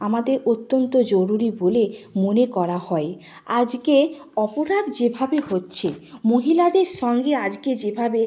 আমাদের অত্যন্ত জরুরি বলে মনে করা হয় আজকে অপরাধ যেভাবে হচ্ছে মহিলাদের সঙ্গে আজকে যেভাবে